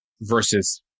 versus